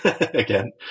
again